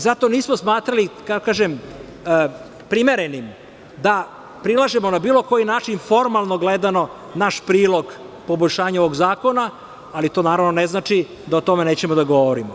Zato nismo smatrali primerenim, da prilažemo na bilo koji način formalno gledano naš prilog poboljšanja ovog zakona, ali to naravno ne znači da o tome nećemo da govorimo.